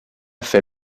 fait